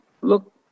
look